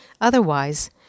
Otherwise